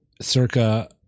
circa